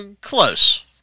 close